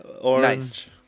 Orange